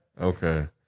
Okay